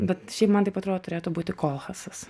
bet šiaip man taip atrodo turėtų būti kolchasas